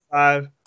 Five